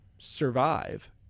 survive